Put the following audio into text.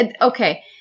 Okay